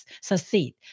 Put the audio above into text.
succeed